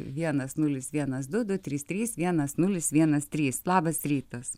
vienas nulis vienas du du trys trys vienas nulis vienas trys labas rytas